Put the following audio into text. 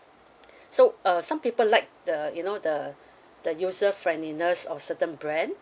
so uh some people like the you know the the user friendliness or certain brand